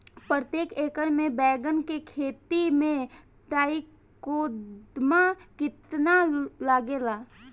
प्रतेक एकर मे बैगन के खेती मे ट्राईकोद्रमा कितना लागेला?